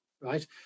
right